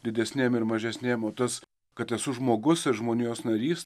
didesnėm ir mažesnėm o tas kad esu žmogus ir žmonijos narys